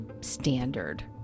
standard